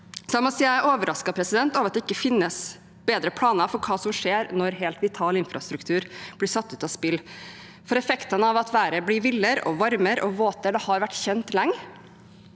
jeg er overrasket over at det ikke finnes bedre planer for hva som skjer når helt vital infrastruktur blir satt ut av spill, for effektene av at været blir villere, varmere og våtere, har vært kjent lenge